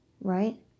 right